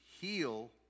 heal